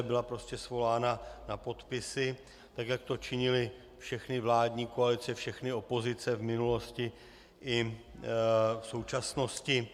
Byla prostě svolána na podpisy, jak to činily všechny vládní koalice, všechny opozice v minulosti i v současnosti.